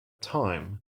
time